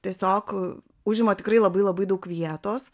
tiesiog užima tikrai labai labai daug vietos